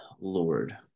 Lord